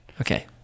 Okay